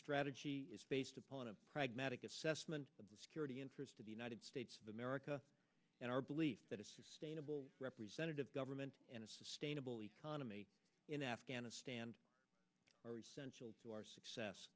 strategy is based upon a pragmatic assessment of the security interest of the united states of america and our belief that a sustainable representative government and a sustainable economy in afghanistan are essential to our success